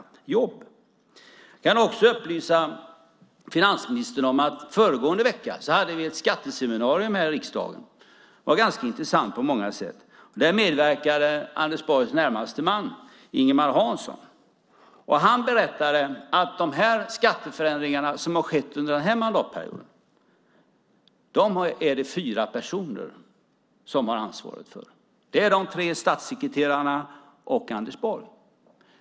Jag kan också upplysa finansministern om vi att föregående vecka hade ett skatteseminarium här i riksdagen. Det var ganska intressant på många sätt. Där medverkade Anders Borgs närmaste man, Ingemar Hansson. Han berättade att de här skatteförändringarna som har skett under den här mandatperioden är det fyra personer som har ansvaret för. Det är de tre statssekreterarna och Anders Borg.